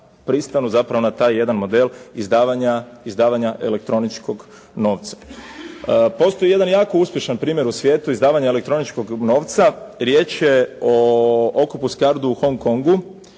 pristanu zapravo na taj jedan model izdavanja elektroničkog novca. Postoji jedan jako uspješan primjer u svijetu izdavanja elektroničkog novca, riječ je o … /Govornik se ne